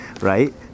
right